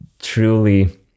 truly